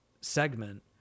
segment